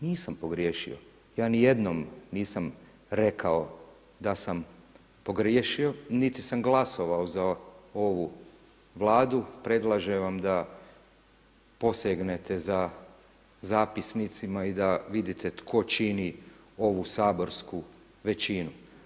Nisam pogriješio, ja ni jednom nisam rekao da sam pogriješio niti sam glasovao za ovu Vladu, predlažem vam da posegnete za zapisnicima i da vidite tko čini ovu saborsku većinu.